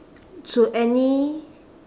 to any